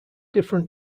different